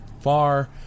far